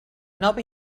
nova